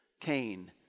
Cain